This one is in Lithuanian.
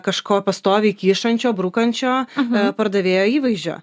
kažko pastoviai kyšančio brukančio pardavėjo įvaizdžio